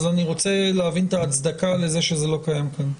אז אני רוצה להבין את ההצדקה לזה שזה לא קיים כאן.